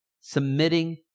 Submitting